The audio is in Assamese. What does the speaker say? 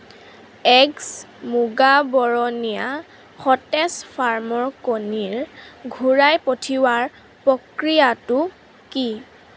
এগ'জ মুগা বৰণীয়া সতেজ ফাৰ্মৰ কণীৰ ঘূৰাই পঠিওৱাৰ প্ৰক্ৰিয়াটো কি